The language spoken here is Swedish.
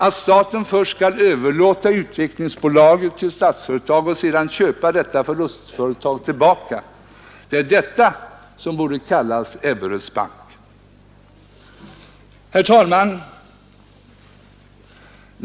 Att staten först skall överlåta Utvecklingsbolaget till Statsföretag och sedan köpa detta förlustföretag tillbaka — det är detta som borde kallas Ebberöds bank. Herr talman!